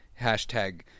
hashtag